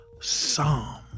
Psalm